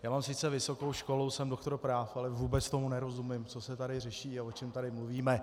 Já mám sice vysokou školu, jsem doktor práv, ale vůbec tomu nerozumím, co se tady řeší a o čem tady mluvíme.